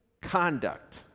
conduct